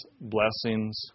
blessings